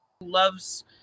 loves